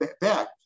back